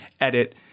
edit